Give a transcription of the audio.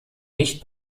nicht